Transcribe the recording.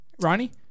ronnie